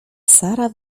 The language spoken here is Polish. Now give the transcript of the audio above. sara